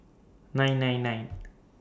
nine nine nine